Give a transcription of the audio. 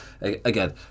Again